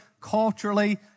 culturally